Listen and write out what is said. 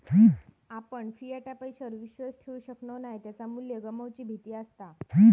आपण फियाट पैशावर विश्वास ठेवु शकणव नाय त्याचा मू्ल्य गमवुची भीती असता